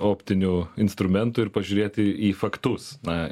optinių instrumentų ir pažiūrėti į faktus na